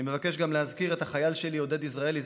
אני מבקש להזכיר גם את החייל שלי עודד יזרעאלי,